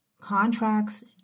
Contracts